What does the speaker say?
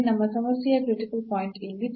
ನಮ್ಮ ಸಮಸ್ಯೆಯ critical point ಇಲ್ಲಿ 0